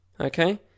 okay